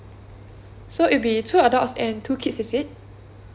so it'll be two adults and two kids is it